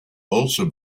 also